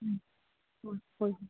ꯎꯝ ꯍꯣꯏ ꯍꯣꯏ